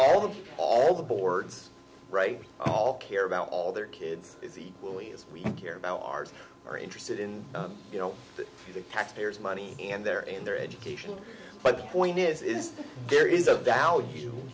the all the boards all care about all their kids is equally as we care about ours are interested in you know the taxpayers money and their and their education but the point is is there is a value